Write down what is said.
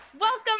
welcome